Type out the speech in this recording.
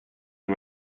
you